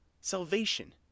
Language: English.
salvation